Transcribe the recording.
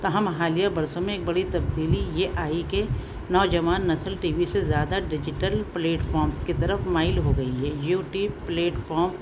تاہم حالیہ برسوں میں ایک بڑی تبدیلی یہ آئی کہ نوجوان نسل ٹی وی سے زیادہ ڈیجیٹل پلیٹفامس کی طرف مائل ہو گئی ہے یو ٹیوب پلیٹفام